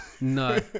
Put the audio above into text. No